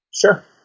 Sure